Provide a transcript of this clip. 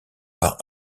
par